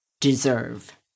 deserve